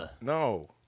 no